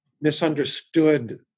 misunderstood